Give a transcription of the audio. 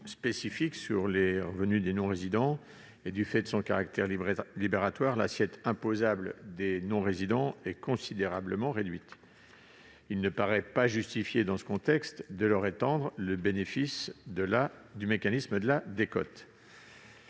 spécifique sur les revenus des non-résidents, et du fait de son caractère libératoire, l'assiette imposable des non-résidents est considérablement réduite. Il ne paraît pas justifié, dans ce contexte, de leur étendre le bénéfice du mécanisme de la décote.